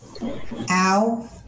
Ow